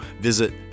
visit